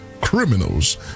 criminals